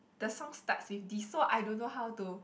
the song starts with this so I don't know how to